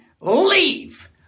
leave